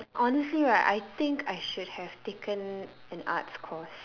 honestly right I think I should have taken an arts course